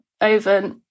over